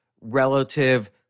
relative